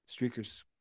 streakers